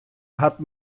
hat